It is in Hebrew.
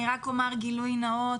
אני רק אומר גילוי נאות.